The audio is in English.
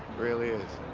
really is.